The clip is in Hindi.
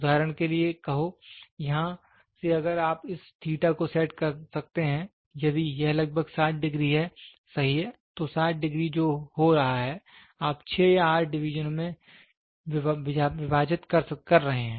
उदाहरण के लिए कहो यहाँ से अगर आप इस को सेट कर सकते हैं यदि यह लगभग 60 डिग्री है सही है तो 60 डिग्री जो हो रहा है आप 6 या 8 डिवीजनों में विभाजित कर रहे हैं